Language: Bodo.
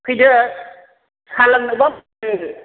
फैदो साहा लोंनोबा फैदो